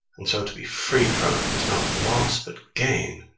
and so to be freed from it is not loss but gain.